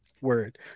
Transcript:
word